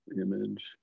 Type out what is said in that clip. image